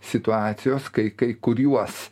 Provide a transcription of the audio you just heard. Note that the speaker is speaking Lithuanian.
situacijos kai kai kuriuos